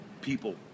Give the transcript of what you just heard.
people